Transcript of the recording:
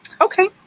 Okay